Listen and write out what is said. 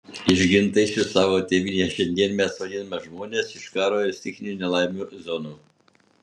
išgintais iš savo tėvynės šiandien mes vadiname žmones iš karo ar stichinių nelaimių zonų